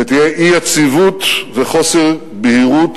ויהיו אי-יציבות וחוסר בהירות